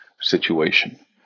situation